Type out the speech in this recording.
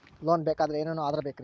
Loan ಬೇಕಾದ್ರೆ ಏನೇನು ಆಧಾರ ಬೇಕರಿ?